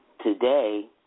today